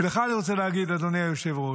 לך אני רוצה להגיד, אדוני היושב-ראש,